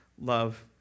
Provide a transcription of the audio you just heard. love